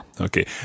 Okay